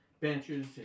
Benches